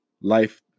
life